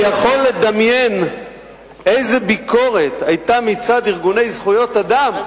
אני יכול לדמיין איזה ביקורת היתה מצד ארגוני זכויות האדם אם